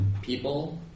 people